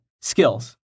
skills